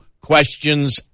questions